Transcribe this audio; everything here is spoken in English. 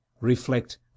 reflect